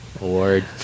award